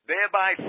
thereby